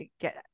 get